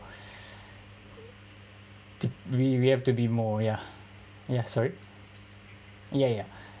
we we have to be more ya ya sorry ya ya